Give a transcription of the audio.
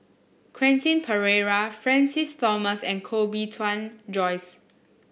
Quentin Pereira Francis Thomas and Koh Bee Tuan Joyce